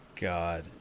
God